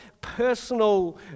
personal